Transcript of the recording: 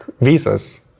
visas